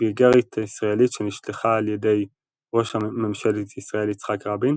- באיגרת הישראלית שנשלחה על ידי ראש ממשלת ישראל יצחק רבין,